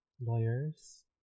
lawyers